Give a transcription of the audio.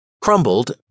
Crumbled